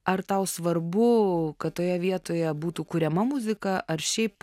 ar tau svarbu kad toje vietoje būtų kuriama muzika ar šiaip